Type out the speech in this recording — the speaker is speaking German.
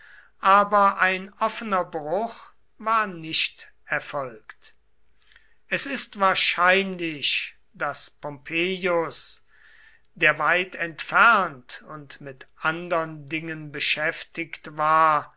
aber ein offener bruch war nicht erfolgt es ist wahrscheinlich daß pompeius der weit entfernt und mit andern dingen beschäftigt war